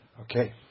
Okay